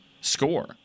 score